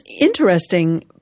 interesting